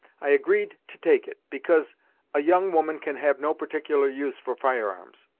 i agreed to take it, because a young woman can have no particular use for firearms.